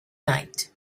night